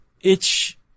itch